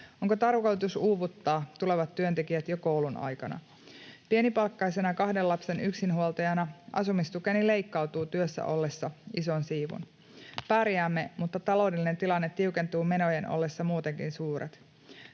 Onko tarkoitus uuvuttaa tulevat työntekijät jo koulun aikana?” ”Pienipalkkaisena kahden lapsen yksinhuoltajana asumistukeni leikkautuu työssä ollessa ison siivun. Pärjäämme, mutta taloudellinen tilanne tiukentuu menojen ollessa muutenkin suuret.